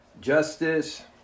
Justice